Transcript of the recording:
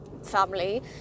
family